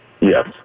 Yes